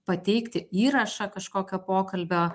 pateikti įrašą kažkokio pokalbio